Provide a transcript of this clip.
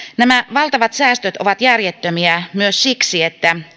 valtavat säästöt ovat järjettömiä myös siksi että